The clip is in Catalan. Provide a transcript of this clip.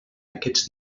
aquests